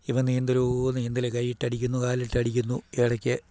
ഇവൻ നീന്തലോ നീന്തല് കൈയിട്ടടിക്കുന്നു കാലിട്ടടിക്കുന്നു ഇടയ്ക്ക്